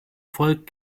volk